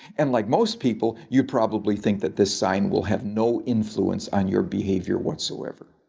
and like most people you'd probably think that this sign will have no influence on your behavior whatsoever.